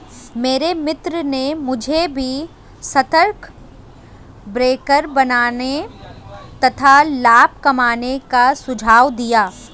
मेरे मित्र ने मुझे भी स्टॉक ब्रोकर बनने तथा लाभ कमाने का सुझाव दिया